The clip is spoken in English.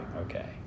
Okay